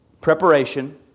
Preparation